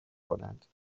کنند